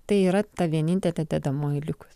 tai yra ta vienintelė dedamoji likus